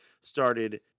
started